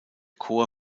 chor